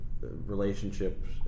relationships